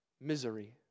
misery